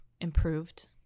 improved